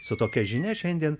su tokia žinia šiandien